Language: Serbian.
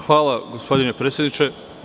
Hvala, gospodine predsedniče.